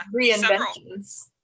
reinventions